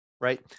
right